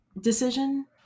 decision